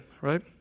right